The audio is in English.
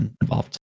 involved